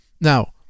Now